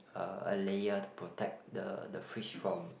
uh a layer to protect the the fish from